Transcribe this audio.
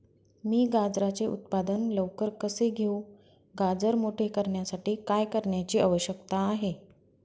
मी गाजराचे उत्पादन लवकर कसे घेऊ? गाजर मोठे करण्यासाठी काय करण्याची आवश्यकता आहे?